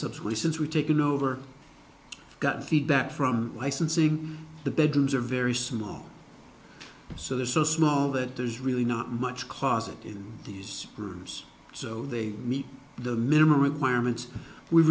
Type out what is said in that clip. since we've taken over got feedback from licensing the bedrooms are very small so they're so small that there's really not much closet in these rooms so they meet the minimum requirements we've